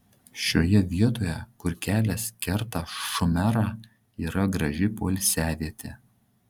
šioje vietoje kur kelias kerta šumerą yra graži poilsiavietė